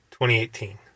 2018